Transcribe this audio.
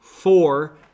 four